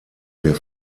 der